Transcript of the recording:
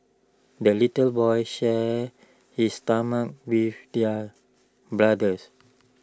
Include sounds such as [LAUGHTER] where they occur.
the little boy shared his [UNINTELLIGIBLE] with their brothers